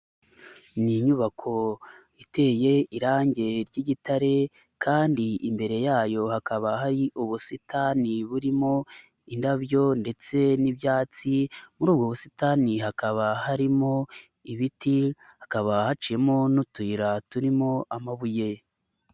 Ni inyubako iteye irange ry'igitare kandi imbere yayo hakaba hari ubusitani burimo indabyo ndetse n'ibyatsi muri ubwo busitani hakaba harimo ibiti hakaba haciyemo n'utuyira turimo amabuye.